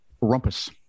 rumpus